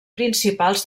principals